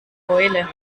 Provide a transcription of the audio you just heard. keule